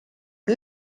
kui